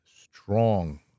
strong